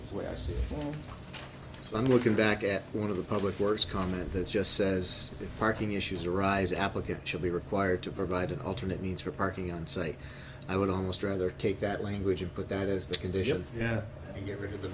when i see i'm looking back at one of the public works comment that just says that parking issues arise applicant should be required to provide an alternate means for parking on site i would almost rather take that language of but that is the condition yeah get rid of the